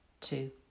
two